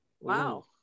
Wow